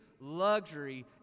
luxury